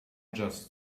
just